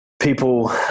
people